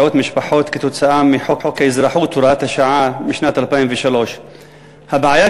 מאות משפחות כתוצאה מחוק האזרחות (הוראת שעה) משנת 2003. הבעיה,